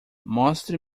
mostre